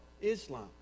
Islam